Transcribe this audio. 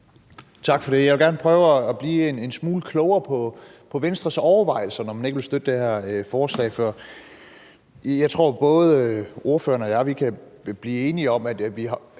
Tak for det. Jeg vil gerne prøve at blive en smule klogere på Venstres overvejelser, når man ikke vil støtte det her forslag, for jeg tror, at både ordføreren og jeg kan blive enige om, at vi,